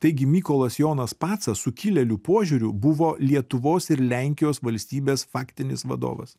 taigi mykolas jonas pacas sukilėlių požiūriu buvo lietuvos ir lenkijos valstybės faktinis vadovas